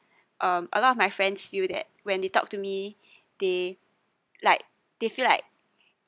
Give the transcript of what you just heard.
um a lot of my friends feel that when they talk to me they like they feel like